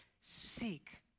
seek